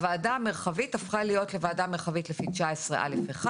הוועדה המרחבית הפכה להיות ועדה מרחבית לפי 19א(1),